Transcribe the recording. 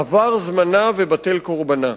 עבר זמנה ובטל קורבנה.